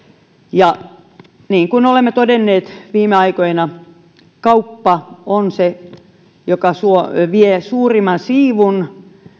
ja niin kuin olemme todenneet viime aikoina kauppa on se joka vie suurimman siivun